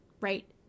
right